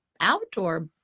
outdoor